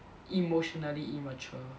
emotionally immature